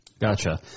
Gotcha